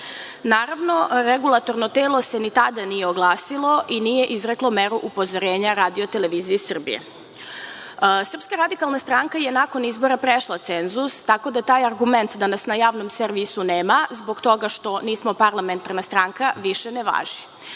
Naravno, Regulatorno telo se ni tada nije oglasilo i nije izreklo meru upozorenja RTS-u. Srpska radikalna stranka je nakon izbora prešla cenzus, tako da taj argument danas na javnom servisu nema zbog toga što nismo parlamentarna stranka više ne važi.